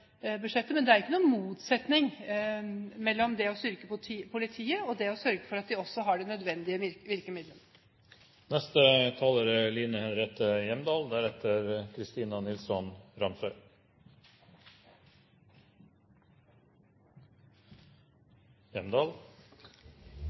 budsjettet. Men det er ikke noen motsetning mellom det å styrke politiet og det å sørge for at de også har de nødvendige virkemidler. Datalagringsdirektivet bryter med tidligere rettsprinsipper ved at kontakt mellom mennesker som ikke er